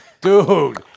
dude